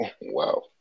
Wow